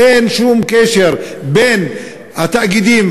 אין שום קשר בין התאגידים,